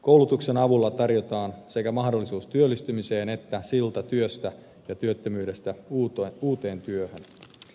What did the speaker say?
koulutuksen avulla tarjotaan sekä mahdollisuus työllistymiseen että silta työstä ja työttömyydestä uuteen työhön